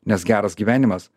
nes geras gyvenimas